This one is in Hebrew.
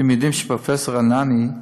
אתם יודעים, פרופסור רענני,